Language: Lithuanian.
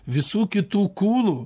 visų kitų kūnų